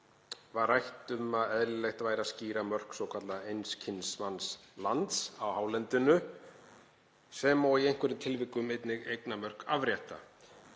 var rætt um að eðlilegt væri að skýra mörk svokallaðs einskismannslands á hálendinu sem og í einhverjum tilvikum einnig eignamörk afrétta.